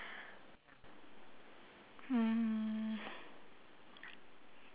hmm